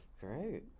Great